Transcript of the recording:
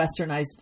westernized